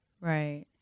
Right